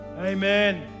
amen